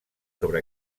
sobre